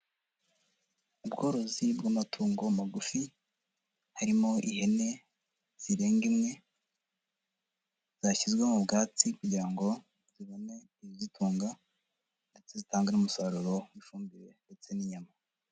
Ubworozi bw'amatungo magufi harimo ihene zirenga imwe zashyizwe mu bwatsi kugira ngo zibone ibizitunga ndetse zitange n'umusaruro w'ifumbire ndetse n'inyama.